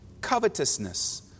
covetousness